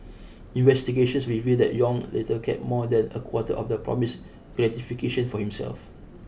investigations revealed that Yong later kept more than a quarter of the promised gratification for himself